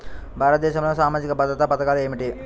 భారతదేశంలో సామాజిక భద్రతా పథకాలు ఏమిటీ?